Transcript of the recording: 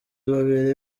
babiri